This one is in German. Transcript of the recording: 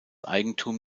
eigentum